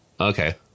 Okay